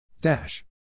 Dash